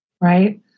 Right